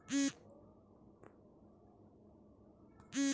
एकरी अलावा तटवर्ती अउरी अपतटीय पिंजराबंद खेती भी कईल जात हवे